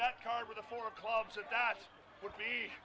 that would be